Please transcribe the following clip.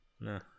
No